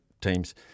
teams